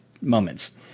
moments